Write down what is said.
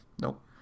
Nope